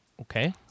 Okay